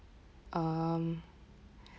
um